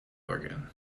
organ